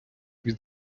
від